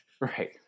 Right